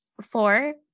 Four